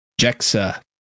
Jexa